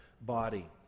body